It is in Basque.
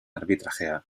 arbitrajea